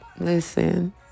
Listen